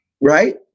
Right